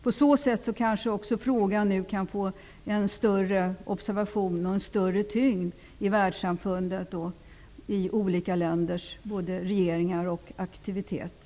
På så sätt kanske frågan nu kan observeras mera och få en större tyngd i världssamfundet och olika länders regeringar och deras aktiviteter.